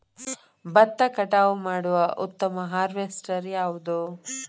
ಭತ್ತ ಕಟಾವು ಮಾಡುವ ಉತ್ತಮ ಹಾರ್ವೇಸ್ಟರ್ ಯಾವುದು?